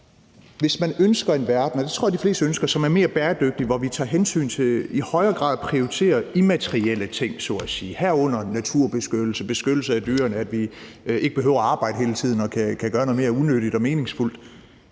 hvis man ønsker en verden – og det tror jeg at de fleste ønsker – som er mere bæredygtig, og hvor vi i højere grad prioriterer immaterielle ting så at sige, herunder naturbeskyttelse og beskyttelse af dyrene, og at vi ikke behøver at arbejde hele tiden og kan gøre noget mere unyttigt og meningsfuldt,